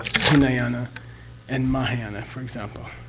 hinayana and mahayana for example?